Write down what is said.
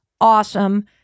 awesome